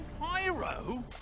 pyro